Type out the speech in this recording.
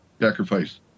sacrifice